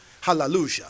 Hallelujah